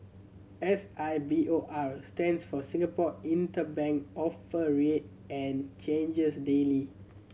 S I B O R stands for Singapore Interbank Offer Rate and changes daily